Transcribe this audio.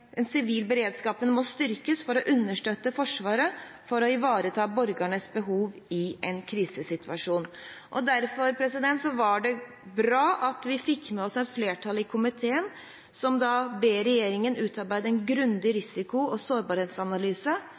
den sivile beredskapen må styrkes for å understøtte Forsvaret og ivareta borgernes behov i en krisesituasjon. Derfor var det bra at vi fikk med oss et flertall i komiteen, som ber regjeringen utarbeide en grundig risiko- og sårbarhetsanalyse